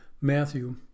Matthew